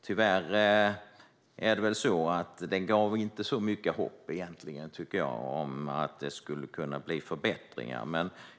Tyvärr ingav det inte så mycket hopp om att det kan bli förbättringar.